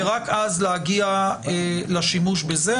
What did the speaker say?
ורק אז להגיע לשימוש בזה.